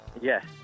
Yes